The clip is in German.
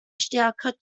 stärker